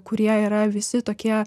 kurie yra visi tokie